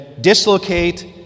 dislocate